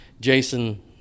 jason